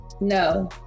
no